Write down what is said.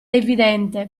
evidente